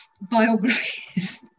biographies